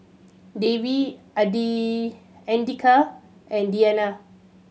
Dewi Andika and Diyana